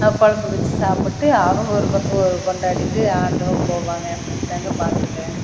குழம்பு வச்சு சாப்பிட்டு அவங்க ஒரு பக்கம் கொண்டாடிவிட்டு ஆனந்தமாக போவாங்க இதாங்க பார்த்துருக்குறேன்